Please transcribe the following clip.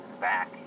back